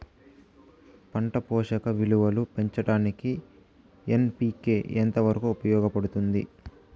పంట పోషక విలువలు పెంచడానికి ఎన్.పి.కె ఎంత వరకు ఉపయోగపడుతుంది